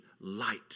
light